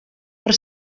per